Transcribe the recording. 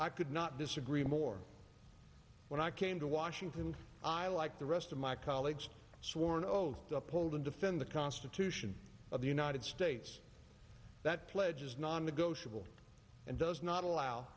i could not disagree more when i came to washington and i like the rest of my colleagues swore an oath to uphold and defend the constitution of the united states that pledge is non negotiable and does not allow